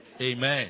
Amen